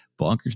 bonkers